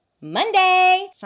Monday